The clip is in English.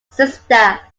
sister